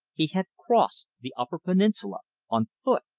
he had crossed the upper peninsula on foot!